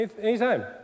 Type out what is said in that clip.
Anytime